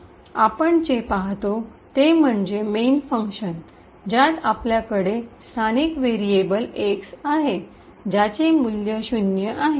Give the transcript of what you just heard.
आपण जे पाहतो ते म्हणजे मेन फंक्शन् ज्यात आपल्याकडे स्थानिक व्हेरिएबल x आहे ज्याचे मूल्य शून्य आहे